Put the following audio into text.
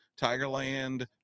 Tigerland